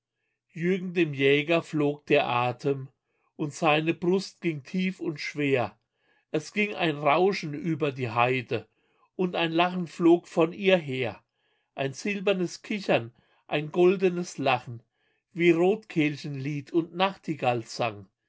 jürgen dem jäger flog der atem und seine brust ging tief und schwer es ging ein rauschen über die heide und ein lachen flog von ihr her ein silbernes kichern ein goldenes lachen wie rotkehlchenlied und nachtigallsang